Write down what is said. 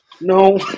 no